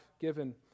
given